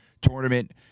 Tournament